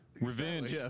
revenge